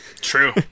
True